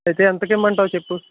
అయితే ఎంతకి ఇవ్వమంటావు చెప్పు